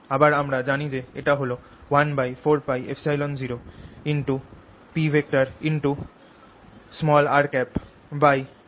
আবার আমরা জানি যে এটা হল 14πε0Prr2 এবং P হল x দিকে